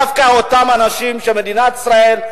שדווקא אותם אנשים שמדינת ישראל,